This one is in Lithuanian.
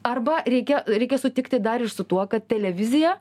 arba reikia reikia sutikti dar ir su tuo kad televizija